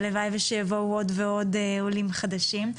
הלוואי ושיבואו עוד ועוד עולים חדשים,